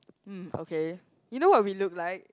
mm okay you know what we look like